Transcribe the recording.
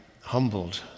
humbled